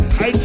Hey